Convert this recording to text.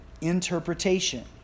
interpretation